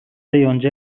یونجه